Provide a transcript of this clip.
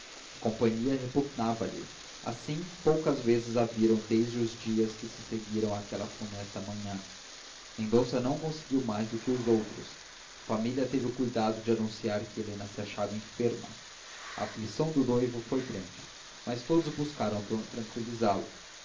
a companhia repugnava lhe assim poucas vezes a viram desde os dias que se seguiram aquela funesta manhã mendonça não conseguiu mais do que os outros a família teve o cuidado de anunciar que helena se achava enferma a aflição do noivo foi grande mas todos buscaram tranqüilizá lo